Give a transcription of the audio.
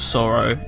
Sorrow